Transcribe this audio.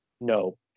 no